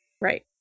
Right